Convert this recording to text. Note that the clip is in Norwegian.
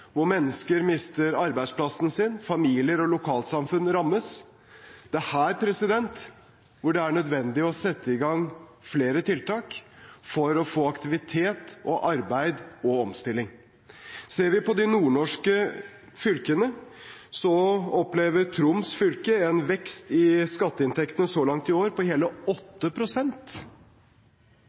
hvor mennesker mister arbeidsplassen sin, familier og lokalsamfunn rammes. Det er her det er nødvendig å sette i gang flere tiltak for å få aktivitet og arbeid og omstilling. Ser vi på de nordnorske fylkene, opplever Troms fylke en vekst i skatteinntektene så langt i år på hele